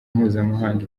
mpuzamahanga